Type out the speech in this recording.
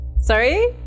Sorry